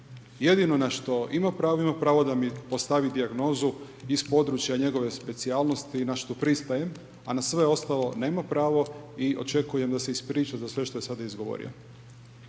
Jedino na što ima pravo, ima pravo da mi postavi dijagnozu iz područja njegove specijalnosti na što pristajem, a na sve ostalo nema pravo i očekujem da se ispriča za sve što je sada izgovorio.